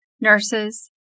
nurses